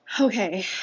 Okay